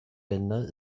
länder